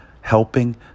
helping